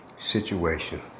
situation